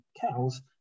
cows